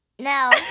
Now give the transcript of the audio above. No